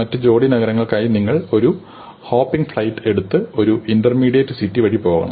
മറ്റ് ജോഡി നഗരങ്ങൾക്കായി നിങ്ങൾ ഒരു ഹോപ്പിംഗ് ഫ്ലൈറ്റ് എടുത്ത് ഒരു ഇന്റർമീഡിയറ്റ് സിറ്റി വഴി പോകണം